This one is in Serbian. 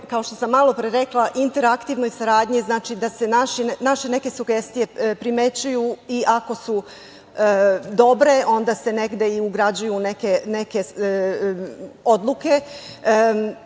kao što sam malopre rekla, interaktivnoj saradnji. Znači, da se naše neke sugestije primećuju i ako su dobre, onda se negde i ugrađuju u neke odluke.